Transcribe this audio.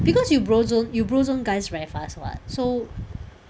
because you bro zone you bro zone guys very fast [what] so